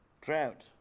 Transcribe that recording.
Drought